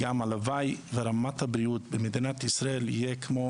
הלוואי ורמת הבריאות במדינת ישראל תהיה כמו